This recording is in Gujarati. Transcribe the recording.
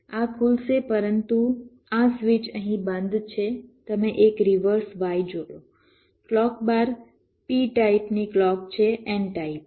આ ખુલશે પરંતુ આ સ્વિચ અહીં બંધ છે તમે એક રિવર્સ Y જોડો ક્લૉક બાર p ટાઇપની ક્લૉક છે n ટાઇપમાં